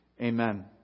Amen